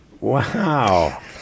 Wow